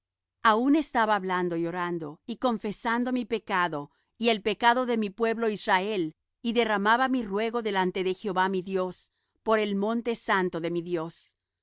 aun estaba hablando y orando y confesando mi pecado y el pecado de mi pueblo israel y derramaba mi ruego delante de jehová mi dios por el monte santo de mi dios